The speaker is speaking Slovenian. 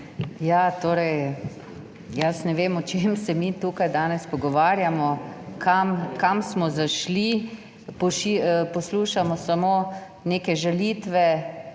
Ja, torej, jaz ne vem o čem se mi tukaj danes pogovarjamo, kam smo zašli, poslušamo samo neke žalitve